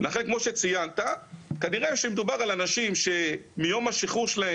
לכן כמו שציינת כנראה שמדובר על אנשים שמיום השחרור שלהם,